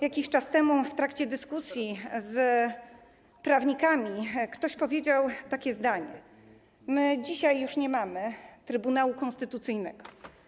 Jakiś czas temu w trakcie dyskusji z prawnikami ktoś powiedział takie zdanie: My dzisiaj już nie mamy Trybunału Konstytucyjnego.